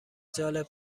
جالب